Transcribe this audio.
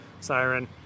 siren